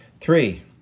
Three